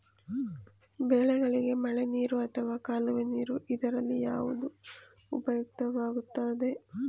ಬೆಳೆಗಳಿಗೆ ಮಳೆನೀರು ಅಥವಾ ಕಾಲುವೆ ನೀರು ಇದರಲ್ಲಿ ಯಾವುದು ಉಪಯುಕ್ತವಾಗುತ್ತದೆ?